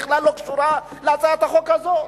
בכלל לא קשורה להצעת החוק הזאת,